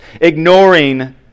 Ignoring